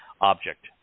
object